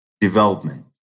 development